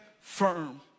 firm